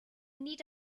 need